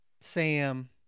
Sam